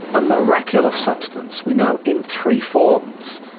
a miraculous substance we know in three forms.